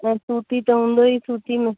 न सूती त हूंदो ई सूती में